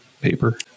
paper